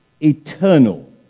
eternal